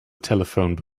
telephone